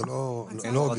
זה לא הוגן.